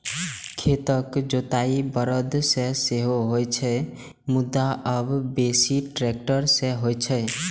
खेतक जोताइ बरद सं सेहो होइ छै, मुदा आब बेसी ट्रैक्टर सं होइ छै